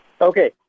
Okay